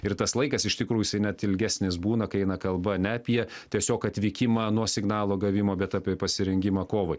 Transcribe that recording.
ir tas laikas iš tikrųjų jisai net ilgesnis būna kai eina kalba ne apie tiesiog atvykimą nuo signalo gavimo bet apie pasirengimą kovai